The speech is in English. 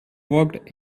walked